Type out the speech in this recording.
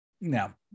now